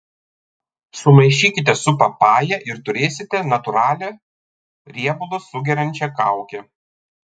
sumaišykite su papaja ir turėsite natūralią riebalus sugeriančią kaukę